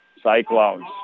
Cyclones